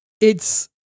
It's-